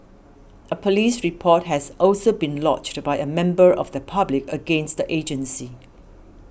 a police report has also been lodged by a member of the public against the agency